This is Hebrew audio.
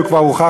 כבר הוכח